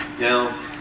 Now